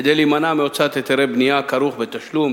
כדי להימנע מהוצאת היתרי בנייה הכרוכים בתשלום,